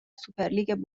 سوپرلیگ